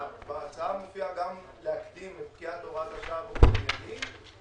בהצעה מופיע גם להקדים את פקיעת הוראת השעה באופן מידי.